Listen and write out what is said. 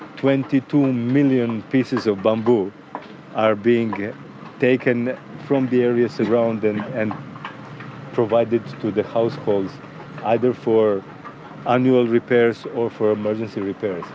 twenty two ah million pieces of bamboo are being taken from the areas around them and provided to the households either for annual repairs or for emergency repairs.